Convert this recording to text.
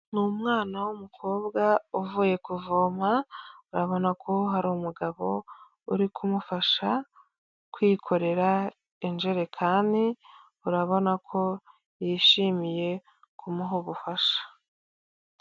Ni umwana w'umukobwa uvuye kuvoma, urabona ko hari umugabo uri kumufasha kwikorera anjerekani urabona ko yishimiye kumuha ubufasha.